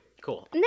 Cool